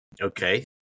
Okay